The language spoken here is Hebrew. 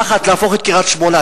תחת להפוך את קריית-שמונה,